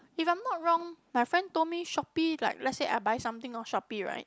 if I'm not wrong my friend told me Shopee like let's say I buy something on Shopee right